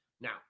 Now